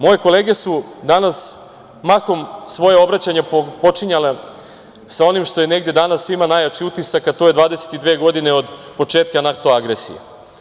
Moje kolege su danas mahom svoje obraćanje počinjale sa onim što je negde danas svima najjači utisak, a to je 22 godine od početka NATO agresije.